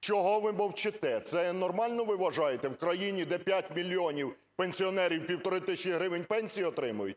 Чого ви мовчите? Це нормально ви вважаєте, в країні, де 5 мільйонів пенсіонерів 1,5 тисячі гривень пенсію отримують?